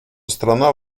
страна